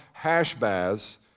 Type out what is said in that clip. Hashbaz